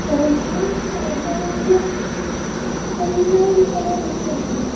മനസ്സിനെ ശാന്തമാക്കാൻ കഴിയുന്ന ഒരു കലയാണ് നൃത്തം